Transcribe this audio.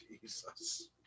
Jesus